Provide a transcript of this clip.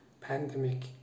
pandemic